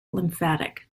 lymphatic